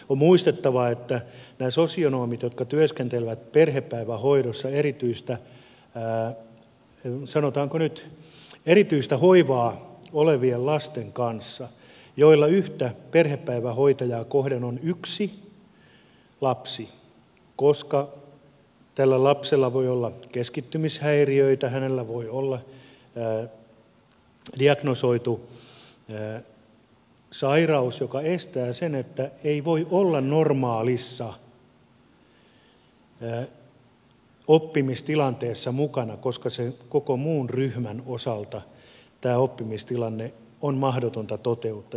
on muistettava että on sosionomeja jotka työskentelevät perhepäivähoidossa sanotaanko nyt erityistä hoivaa tarvitsevien lasten kanssa ja joilla yhtä perhepäivähoitajaa kohden on yksi lapsi koska tällä lapsella voi olla keskittymishäiriöitä hänellä voi olla diagnosoitu sairaus joka estää mukanaolon normaalissa oppimistilanteessa koska koko muun ryhmän osalta tämä oppimistilanne on mahdotonta toteuttaa